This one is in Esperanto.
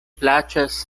plaĉas